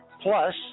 Plus